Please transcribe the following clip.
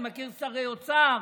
אני מכיר שרי אוצר,